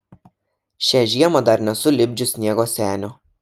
šią žiemą dar nesu lipdžius sniego senio